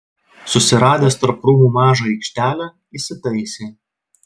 susiradęs tarp krūmų mažą aikštelę įsitaisė